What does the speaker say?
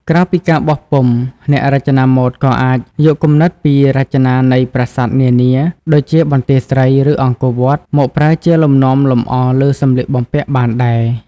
ក្រៅពីការបោះពុម្ព អ្នករចនាម៉ូដក៏អាចយកគំនិតពីរចនាបទនៃប្រាសាទនានា ដូចជាបន្ទាយស្រី ឬអង្គរវត្ត មកប្រើជាលំនាំលម្អលើសម្លៀកបំពាក់បានដែរ។